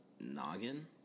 Noggin